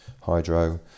hydro